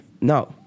no